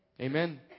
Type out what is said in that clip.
Amen